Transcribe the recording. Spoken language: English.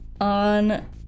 on